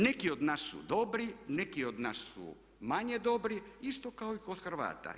Neki od nas su dobri, neki od nas su manje dobri isto kao i kod Hrvata.